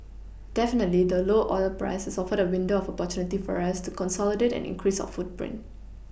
definitely the low oil price has offered a window of opportunity for us to consolidate and increase our footprint